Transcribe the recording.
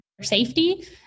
safety